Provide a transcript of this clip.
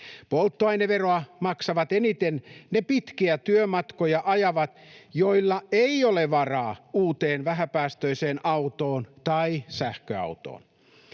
Polttoaineveroa maksavat eniten ne pitkiä työmatkoja ajavat, joilla ei ole varaa uuteen, vähäpäästöiseen autoon tai sähköautoon.